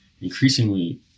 increasingly